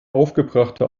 aufgebrachte